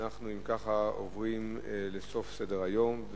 אם כך, אנחנו עוברים לסוף סדר-היום.